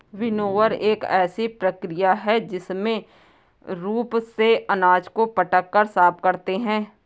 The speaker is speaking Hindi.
विनोवर एक ऐसी प्रक्रिया है जिसमें रूप से अनाज को पटक कर साफ करते हैं